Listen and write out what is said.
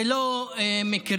זה לא מקרי.